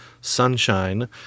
Sunshine